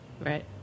right